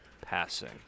passing